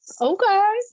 okay